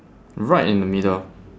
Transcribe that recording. right in the middle